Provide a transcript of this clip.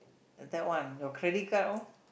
that one your credit card all